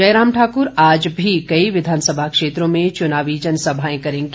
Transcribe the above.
जयराम ठाकुर आज भी कई विधानसभा क्षेत्रों में चुनावी जनसभाएं करेंगे